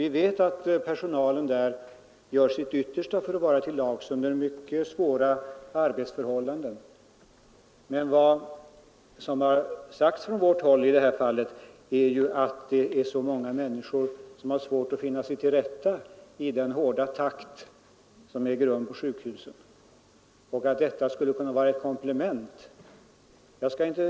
Vi vet att personalen inom den gör sitt yttersta för att vara till lags under utomordentligt svåra arbetsförhållanden. Men vad som sagts från vårt håll i detta fall är att många människor har svårt att finna sig till rätta i den hårda arbetstakt som förekommer på sjukhusen och att det som jag talar om skulle kunna utgöra ett komplement till nuvarande metoder.